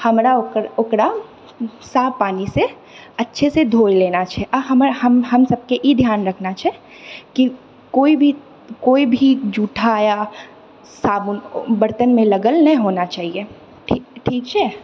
हमरा ओकर ओकरा साफ पानिसँ अच्छे से धो लेना छै आओर हमर हम हम सभके ई ध्यान रखना छै कि कोइ भी कोइ भी जूठा या साबुन बर्तनमे लागल नहि होना चाहिए ठीक ठीक छै